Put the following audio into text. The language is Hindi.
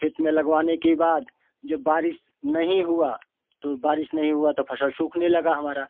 खेत में लगवाने के बाद जब बारिश नहीं हुआ तो बारिश नहीं हुआ तो फसल सूखने लगा हमारा